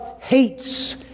hates